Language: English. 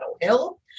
hill